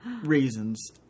reasons